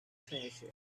treasure